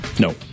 No